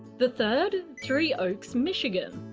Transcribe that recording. the third? three oaks, michigan.